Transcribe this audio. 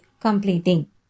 completing